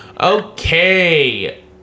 Okay